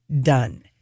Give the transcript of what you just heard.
done